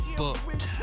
booked